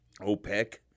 OPEC